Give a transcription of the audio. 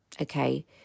Okay